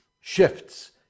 shifts